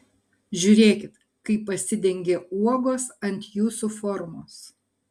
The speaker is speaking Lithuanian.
žiūrėkit kaip pasidengia uogos ant jūsų formos